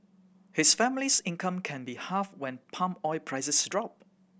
his family's income can be halved when palm oil prices drop